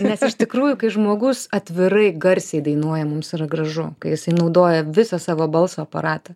nes iš tikrųjų kai žmogus atvirai garsiai dainuoja mums yra gražu kai jisai naudoja visą savo balso aparatą